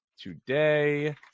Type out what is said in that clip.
today